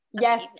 Yes